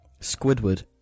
Squidward